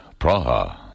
Praha